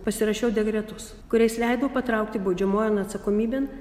pasirašiau dekretus kuriais leidau patraukti baudžiamojon atsakomybėn